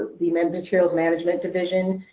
the material management division,